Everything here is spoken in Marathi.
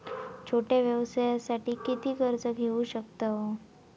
छोट्या व्यवसायासाठी किती कर्ज घेऊ शकतव?